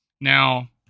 Now